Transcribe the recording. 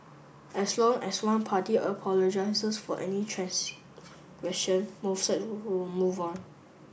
as long as one party apologises for any transgression both sides will move on